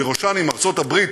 ובראשן עם ארצות-הברית,